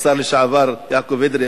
השר לשעבר יעקב אדרי,